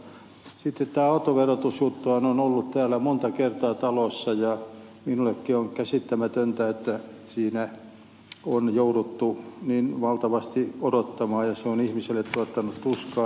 sitten tämä autoverotusjuttuhan on ollut täällä talossa monta kertaa ja minullekin on käsittämätöntä että siinä on jouduttu niin valtavasti odottamaan ja se on ihmisille tuottanut tuskaa